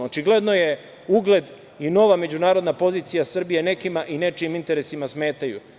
Očigledno ugled i nova međunarodna pozicija Srbije nekima i nečijim interesima smetaju.